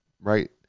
right